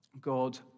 God